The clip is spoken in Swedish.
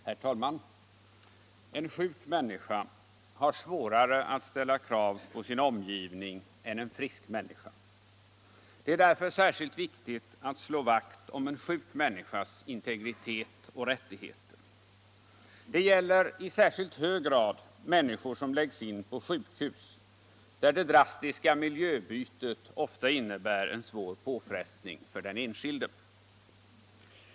Herr talman! En sjuk människa har svårare att ställa krav på sin omgivning än en frisk människa. Det är därför särskilt viktigt att slå vakt Insyn, integritet och rättssäkerhet inom sjukvården om en sjuk människas integritet och rättigheter. Det gäller i särskilt hög grad människor som läggs in på sjukhus, där det drastiska miljöbytet ofta innebär en svår påfrestning för den enskilde.